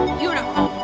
beautiful